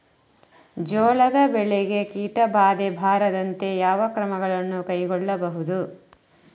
ಜೋಳದ ಬೆಳೆಗೆ ಕೀಟಬಾಧೆ ಬಾರದಂತೆ ಯಾವ ಕ್ರಮಗಳನ್ನು ಕೈಗೊಳ್ಳಬಹುದು?